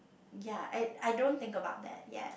ya I I don't think about that yet